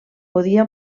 podia